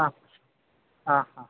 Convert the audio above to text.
ಹಾಂ ಹಾಂ ಹಾಂ